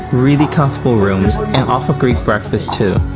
really comfortable rooms and offer great breakfast too.